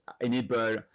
enable